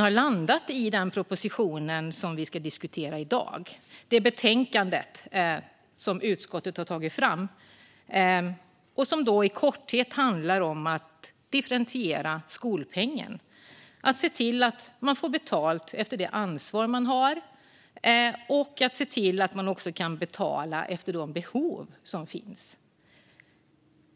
har landat i den proposition som vi ska diskutera i dag och det betänkande som utskottet tagit fram, som i korthet handlar om att differentiera skolpengen för att se till att man får betalt efter det ansvar man har men också efter de behov som finns.